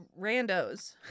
Randos